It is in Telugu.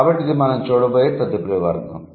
కాబట్టి ఇది మనం చూడబోయే తదుపరి వర్గం